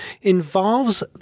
involves